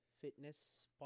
Fitness